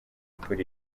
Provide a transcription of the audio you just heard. kuri